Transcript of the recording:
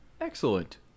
excellent